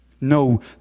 No